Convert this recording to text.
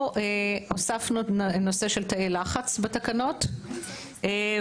הוספנו את הנושא של תאי לחץ בתקנות והשינוי